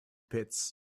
pits